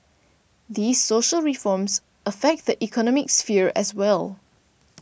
these social reforms affect the economic sphere as well